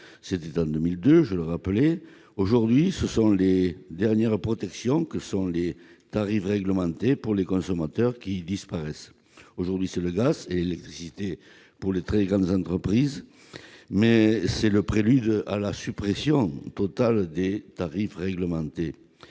à la concurrence totale. Aujourd'hui, ce sont les dernières protections que sont les tarifs réglementés pour les consommateurs qui disparaissent. En effet, sont concernés le gaz et l'électricité pour les très grandes entreprises, un prélude à la suppression totale des tarifs réglementés.